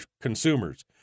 consumers